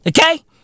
Okay